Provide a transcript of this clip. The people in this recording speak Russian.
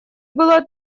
было